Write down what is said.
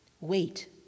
Wait